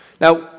Now